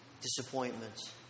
disappointments